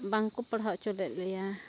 ᱵᱟᱝᱠᱚ ᱯᱟᱲᱦᱟᱣ ᱚᱪᱚ ᱞᱮᱜ ᱞᱮᱭᱟ